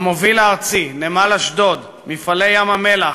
המוביל הארצי, נמל אשדוד, מפעלי ים-המלח,